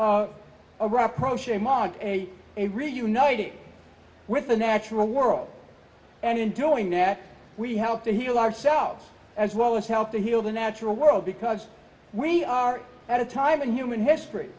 meeting with the natural world and in doing that we help to heal ourselves as well as help to heal the natural world because we are at a time in human history